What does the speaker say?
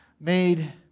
made